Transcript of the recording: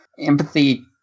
empathy